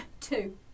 Two